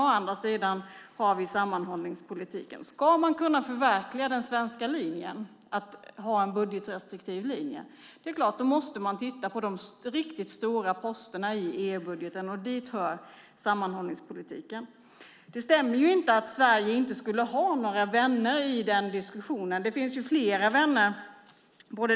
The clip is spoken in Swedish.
Å andra sidan har vi sammanhållningspolitiken. Ska man kunna förverkliga den svenska linjen, att ha en budgetrestriktiv linje, måste man titta på de riktigt stora posterna i EU-budgeten, och dit hör sammanhållningspolitiken. Det stämmer inte att Sverige inte skulle ha några vänner i den diskussionen. Det finns flera vänner.